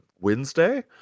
wednesday